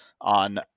on